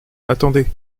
attendez